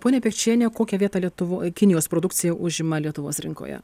ponia pikčiene kokią vietą lietuvo kinijos produkcija užima lietuvos rinkoje